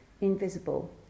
invisible